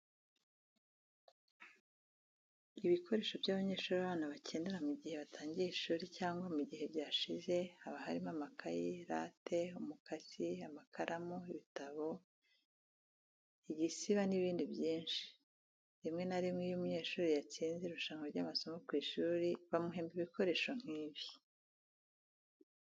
Ibikoresho by'abanyeshuri abana bakenera mu gihe batangiye ishuri cyangwa mu gihe byashize, haba harimo amakayi, rate, umukasi, amakaramu, ibitabo, igisiba n'ibindi byinshi. Rimwe na rimwe iyo umunyeshuri yatsinze irushanwa ry'amasomo ku ishuri bamuhemba ibikoresho nk'ibi.